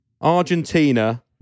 Argentina